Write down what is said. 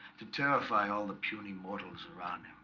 to terrify all the puny mortals around